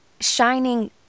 shining